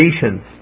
patients